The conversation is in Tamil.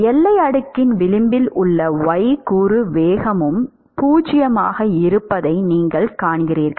எல்லை அடுக்கின் விளிம்பில் உள்ள y கூறு வேகமும் 0 ஆக இருப்பதை நீங்கள் காண்கிறீர்கள்